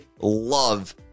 love